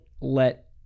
let